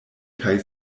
kaj